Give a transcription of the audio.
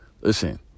Listen